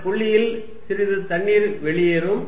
இந்த புள்ளியில் சிறிது தண்ணீர் வெளியேறும்